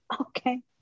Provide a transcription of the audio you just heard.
okay